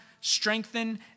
strengthen